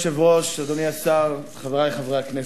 אדוני היושב-ראש, אדוני השר, חברי חברי הכנסת,